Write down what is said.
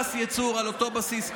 פס ייצור על אותו בסיס.